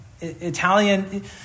Italian –